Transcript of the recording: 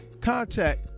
contact